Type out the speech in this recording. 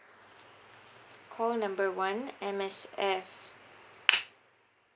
call number one M_S_F